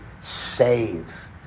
save